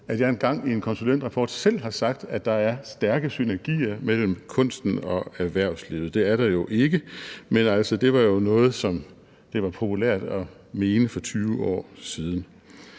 at jeg engang i en konsulentrapport selv har sagt, at der er stærke synergier mellem kunsten og erhvervslivet – det er der jo ikke, men altså, det var jo noget, som det var populært at mene for 20 år siden;